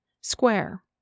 square